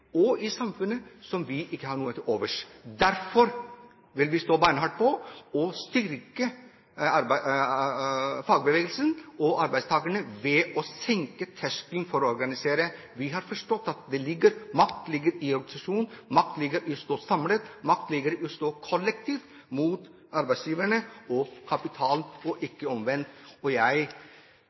og samfunnet som vi ikke har noe til overs for. Derfor vil vi stå beinhardt på for å styrke fagbevegelsen og arbeidstakerne ved å senke terskelen for å organisere seg. Vi har forstått at det ligger makt i organisasjonen, makt ligger i å stå samlet, makt ligger i å stå kollektivt mot arbeidsgiverne og kapitalen.